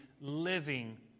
living